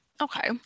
Okay